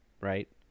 right